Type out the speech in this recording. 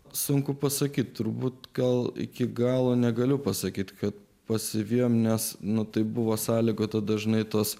sunku pasakyti turbūt kol iki galo negaliu pasakyti kad pasivijome nes nu tai buvo sąlygota dažnai tos